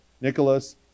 Nicholas